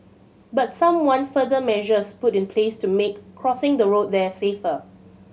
but some want further measures put in place to make crossing the road there safer